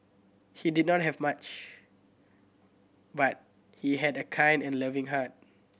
he did not have much but he had a kind and loving heart